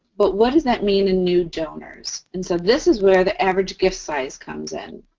but what does that mean in new donors? and so, this is where the average gift size comes in.